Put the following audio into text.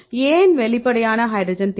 ஏன் வெளிப்படையான ஹைட்ரஜன் தேவை